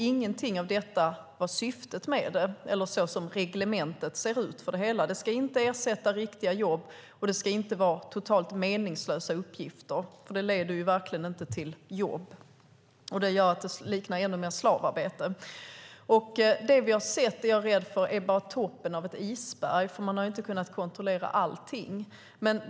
Ingenting av detta var syftet med det eller så som reglementet för det hela ser ut. Det ska inte ersätta riktiga jobb, och det ska inte vara totalt meningslösa uppgifter. Det leder verkligen inte till jobb, och det gör att det ännu mer liknar slavarbete. Jag är rädd för att det vi har sett bara är toppen av ett isberg, då man inte har kunnat kontrollera allting.